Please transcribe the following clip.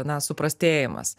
na suprastėjimas